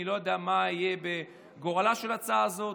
אני לא יודע מה יהיה בגורלה של ההצעה הזאת,